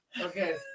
Okay